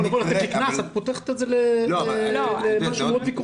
את פותחת את זה למאות ויכוחים.